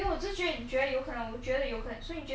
我不知道我又不是神